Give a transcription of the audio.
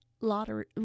lottery